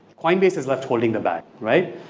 coinbase is left holding the bag right?